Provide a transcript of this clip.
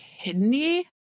kidney